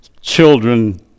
children